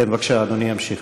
בבקשה, אדוני ימשיך.